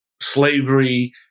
slavery